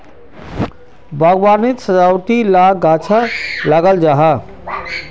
बाग्वानित सजावटी ला गाछ लगाल जाहा